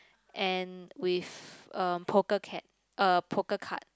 and with a poker card a poker card